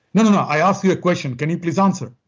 no, no, no. i asked you a question. can you please answer?